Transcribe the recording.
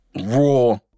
raw